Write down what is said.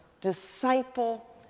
disciple